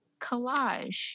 collage